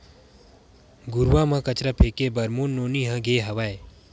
घुरूवा म कचरा फेंके बर मोर नोनी ह गे हावय